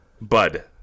Bud